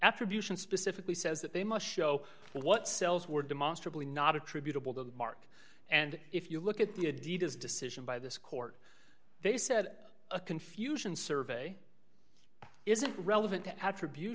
attributes and specifically says that they must show what cells were demonstrably not attributable to mark and if you look at the adidas decision by this court they said a confusion survey isn't relevant to attribut